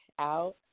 out